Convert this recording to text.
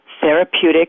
therapeutic